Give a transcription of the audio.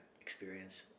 experience